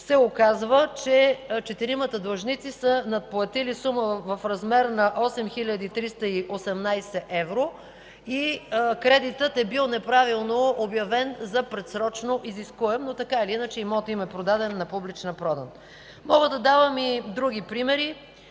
се оказва, че четиримата длъжници са надплатили сума в размер на 8 хил. 318 евро и кредитът е бил неправилно обявен за предсрочно изискуем, но така или иначе имотът е продаден на публична продан. Мога да давам и други примери